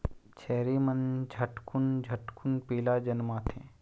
छेरी मन झटकुन झटकुन पीला जनमाथे